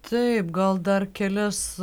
taip gal dar kelis